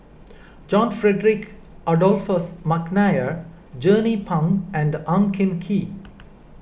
John Frederick Adolphus McNair Jernnine Pang and Ang Hin Kee